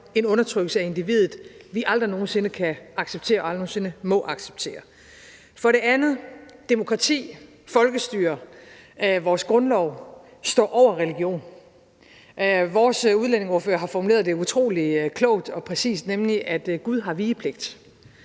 en undertrykkelse af individet, vi aldrig nogen sinde kan acceptere og aldrig nogen sinde må acceptere. For det andet: Demokrati, folkestyre, vores grundlov står over religion. Vores udlændingeordfører har formuleret det utrolig klogt og præcist, nemlig at Gud har vigepligt.